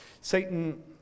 Satan